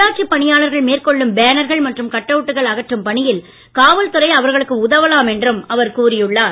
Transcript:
உள்ளாட்சி பணியாளர்கள் மேற்கொள்ளும் பேனர்கள் மற்றும் கட்அவுட்டுகள் அகற்றும் பணியில் காவல் துறை அவர்களுக்கு உதவலாம் என்றும் அவர் கூறி உள்ளார்